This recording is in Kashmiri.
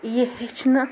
یہِ ہیٚچھنہٕ